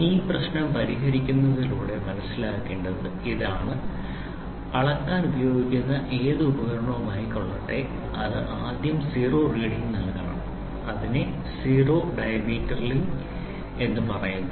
ഈ പ്രെശ്നം പരിഹരിക്കുന്നതിലൂടെ മനസ്സിലാക്കണ്ടത് ഇതാണ് അളക്കാൻ ഉപയോഗിക്കുന്ന ഏതു ഉപകരണവുമായിക്കൊള്ളട്ടെ അത് ആദ്യം സീറോ റീഡിങ് നൽകണം അതിനെ സീറോ ഡയമീറ്റെർലിങ് എന്ന് പറയുന്നു